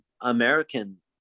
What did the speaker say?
American